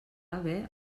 haver